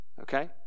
Okay